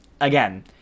Again